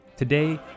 Today